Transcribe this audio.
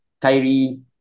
Kyrie